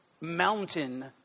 mountain